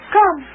Come